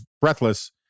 breathless